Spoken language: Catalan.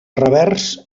revers